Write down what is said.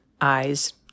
eyes